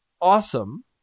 awesome